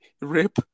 Rip